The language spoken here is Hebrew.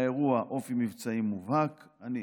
לאירוע אופי מבצעי מובהק, אני